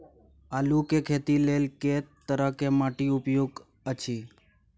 आलू के खेती लेल के तरह के माटी उपयुक्त अछि?